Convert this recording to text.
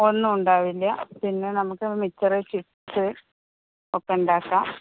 ഒന്നും ഉണ്ടാവില്ല പിന്നെ നമുക്കിത് മിച്ചറ് ചിപ്സ് ഒക്കെ ഉണ്ടാക്കാം